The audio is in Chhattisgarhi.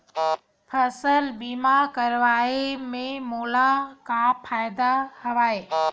फसल बीमा करवाय के मोला का फ़ायदा हवय?